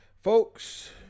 Folks